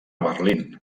berlín